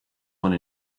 one